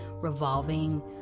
revolving